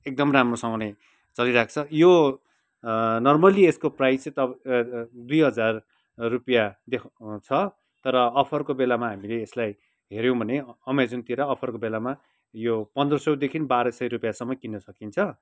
एकदम राम्रोसँगले चलिरहेको छ यो नरमल्ली यसको प्राइज चाहिँ दुई हजार रुपियाँ छ तर अफरको बेलामा हामीले एसलाई हेऱ्यौँ भने अमेजनतिर अफरको बेलामा यो पन्ध्र सौदेखिन बाह्र सय रुपियाँसम्म किन्न सकिन्छ